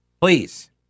please